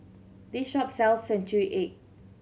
this shop sells century egg